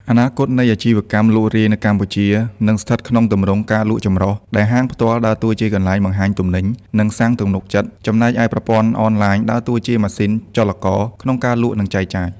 អនាគតនៃអាជីវកម្មលក់រាយនៅកម្ពុជានឹងស្ថិតក្នុងទម្រង់ ការលក់ចម្រុះ ដែលហាងផ្ទាល់ដើរតួជាកន្លែងបង្ហាញទំនិញ និងសាងទំនុកចិត្ត ចំណែកឯប្រព័ន្ធអនឡាញដើរតួជាម៉ាស៊ីនចលករក្នុងការលក់ និងចែកចាយ។